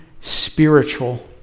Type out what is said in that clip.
spiritual